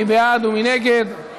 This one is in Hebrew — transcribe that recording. מי בעד ומי נגד?